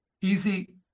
easy